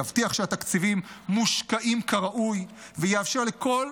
יבטיח שהתקציבים מושקעים כראוי ויאפשר לכל